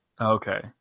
Okay